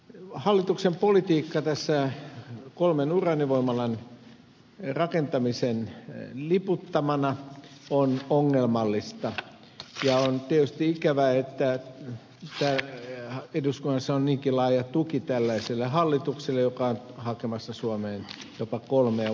hallituksen politiikka tässä kolmen uraanivoimalan rakentamisen liputtamana on ongelmallista ja on tietysti ikävää että eduskunnassa on niinkin laaja tuki tällaiselle hallitukselle joka on hakemassa suomeen jopa kolmea uutta uraanivoimalaa